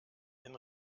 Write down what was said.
den